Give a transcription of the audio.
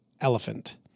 elephant